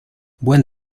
buen